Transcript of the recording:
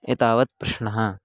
एतावत् प्रश्नः